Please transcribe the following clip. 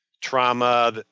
trauma